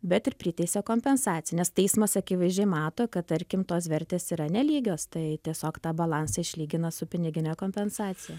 bet ir priteisia kompensaciją nes teismas akivaizdžiai mato kad tarkim tos vertės yra nelygios tai tiesiog tą balansą išlygina su pinigine kompensacija